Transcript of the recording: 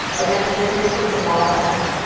again, the definitions and modifiers.